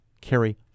carry